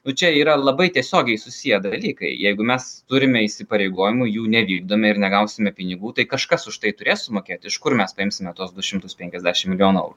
nu čia yra labai tiesiogiai susiję dalykai jeigu mes turime įsipareigojimų jų nevykdome ir negausime pinigų tai kažkas už tai turės sumokėt iš kur mes priimsime tuos du šimtus penkiasdešim milijonų eurų